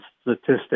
statistics